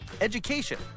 education